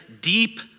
deep